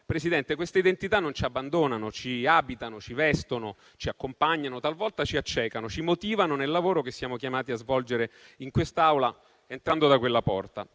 Presidente, queste identità non ci abbandonano: ci abitano, ci vestono, ci accompagnano, talvolta ci accecano, ci motivano nel lavoro che siamo chiamati a svolgere in quest'Aula, entrando da quella porta.